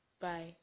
Bye